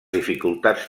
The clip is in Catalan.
dificultats